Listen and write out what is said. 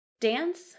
dance